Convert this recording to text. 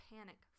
Panic